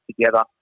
together